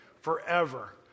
forever